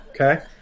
Okay